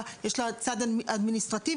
(ז) לגבי כל פעולה רפואית כאמור בסעיף קטן (א) יפורטו